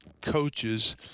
coaches